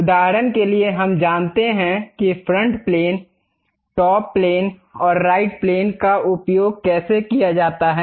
उदाहरण के लिए हम जानते हैं कि फ्रंट प्लेन टॉप प्लेन और राइट प्लेन का उपयोग कैसे किया जाता है